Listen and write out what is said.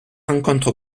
rencontre